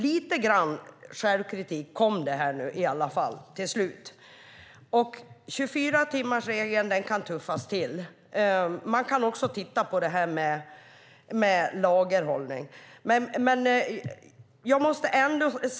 Lite självkritik kom det till slut från ministern. 24-timmarsregeln kan tuffas till och man kan titta på frågan om lagerhållning.